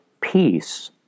peace